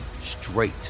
straight